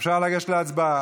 אפשר לגשת להצבעה.